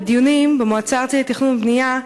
בדיונים במועצה הארצית לתכנון ובנייה,